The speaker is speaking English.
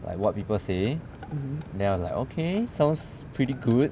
like what people say then I'm like okay sounds pretty good